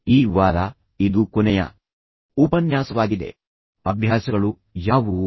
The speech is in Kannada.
ಮತ್ತು ಈ ವಾರ ಇದು ಕೊನೆಯ ಉಪನ್ಯಾಸವಾಗಿದೆ ಮತ್ತು ಇದನ್ನು ಸಂಪೂರ್ಣವಾಗಿ ಸಮರ್ಪಿಸಿದ ವಿಷಯಗಳೆಂದರೆ ಅಭ್ಯಾಸಗಳು ಅಭ್ಯಾಸಗಳು ಯಾವುವು